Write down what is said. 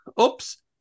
Oops